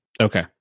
Okay